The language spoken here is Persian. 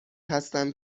هستم